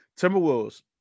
Timberwolves